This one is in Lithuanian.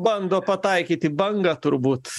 bando pataikyti bangą turbūt